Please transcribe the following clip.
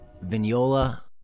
Vignola